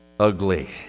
Ugly